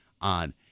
on